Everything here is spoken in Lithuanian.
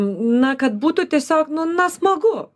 na kad būtų tiesiog nu na smagu